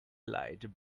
light